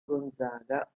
gonzaga